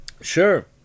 sure